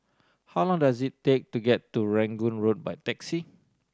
how long does it take to get to Rangoon Road by taxi